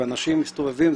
ואנשים מסתובבים.